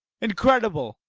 incredible!